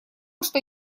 что